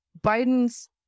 Biden's